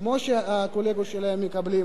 כמו שהקולגות שלהם מקבלים,